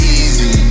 easy